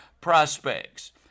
prospects